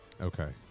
Okay